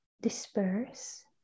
disperse